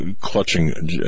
clutching